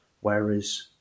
Whereas